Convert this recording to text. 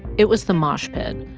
it was the mosh pit,